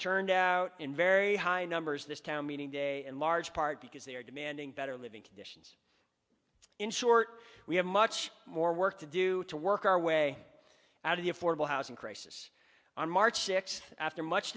turned out in very high numbers this town meeting day in large part because they are demanding better living conditions in short we have much more work to do to work our way out of the affordable housing crisis on march sixth after much